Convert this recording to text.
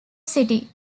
city